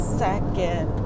second